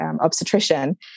obstetrician